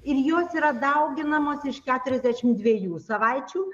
ir jos yra dauginamos iš keturiasdešim dviejų savaičių